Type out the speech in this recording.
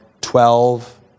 Twelve